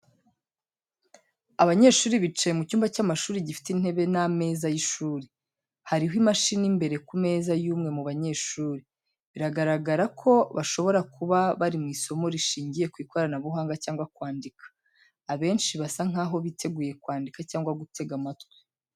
Abanyeshuri bicaye mu cyumba cy’amashuri gifite intebe n’ameza y’ishuri. Hariho imashini imbere ku meza y’umwe mu banyeshuri, biragaragara ko bashobora kuba bari mu isomo rishingiye ku ikoranabuhanga cyangwa kwandika. Abenshi basa nkaho biteguye kwandika cyangwa gutega amatwi.